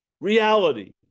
Reality